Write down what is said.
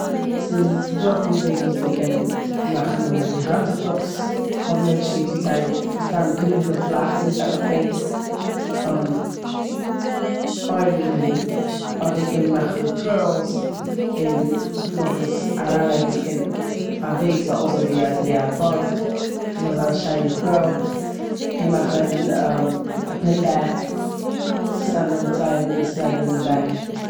ס'איז- ס'דא אפאר וועגן וויאזוי מ'קען מאכן די האר. היינט צוטאגס האבן מענטשן ליב צו גיין סתם גראד און פלאך און דאס דארף מען פלעין אייראנען די האר. אדער קען מען מאכן קורלס און נאכדעם עס אריינלייגן אין א וועג ס'זאל אויסזען ווי אזויווי א באן, ס'זאל שיין געקורלט. מ'קען מאכן א פינבעק, ס'איז סתם נעמען צוויי האר און עס ליגן אין די בעק.